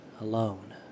alone